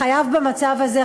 החייב במצב הזה,